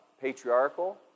patriarchal